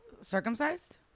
circumcised